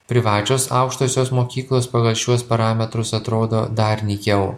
privačios aukštosios mokyklos pagal šiuos parametrus atrodo dar nykiau